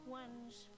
ones